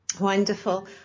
Wonderful